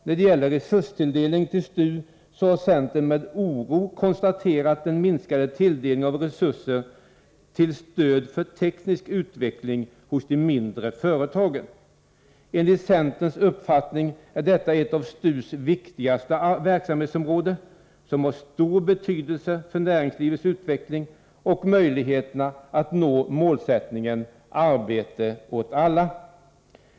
När det gäller resurstilldelningen till STU så har centern med oro konstaterat den minskade tilldelningen av resurser till stöd för teknisk utveckling hos de mindre företagen. Enligt centerns uppfattning är detta ett av STU:s viktigaste verksamhetsområden, som har stor betydelse för näringslivets utveckling och möjligheterna att nå målsättningen arbete åt alla.